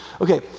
Okay